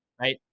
right